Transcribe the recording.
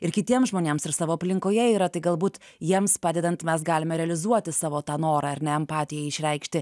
ir kitiems žmonėms ir savo aplinkoje yra tai galbūt jiems padedant mes galime realizuoti savo tą norą ar ne empatijai išreikšti